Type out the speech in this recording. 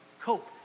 cope